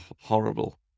horrible